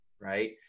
Right